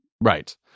Right